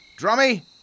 Drummy